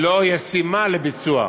היא לא ישימה לביצוע,